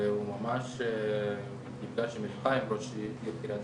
והוא ממש --- על הפרק,